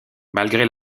malgré